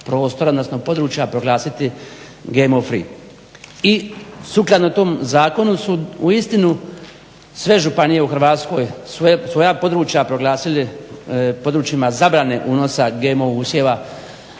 prostora, odnosno područja, proglasiti GMO free. I sukladno tom zakonu su uistinu sve županije u Hrvatskoj svoja područja proglasili područjima zabrane unosa GMO usjeva